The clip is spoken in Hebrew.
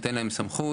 ניתן להם סמכות.